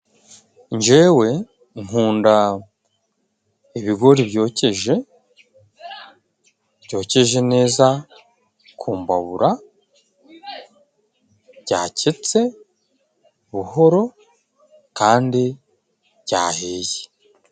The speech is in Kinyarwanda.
Njewe nkunda ibigori byokeje, byokeje neza ku mbabura, byaketse buhoro kandi byahiye.